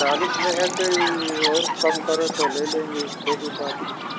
चालीस में है तो यह और कम करो तो लेंगे इसको भी पाँच किलो